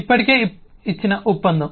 ఇప్పటికే ఇచ్చిన ఒప్పందం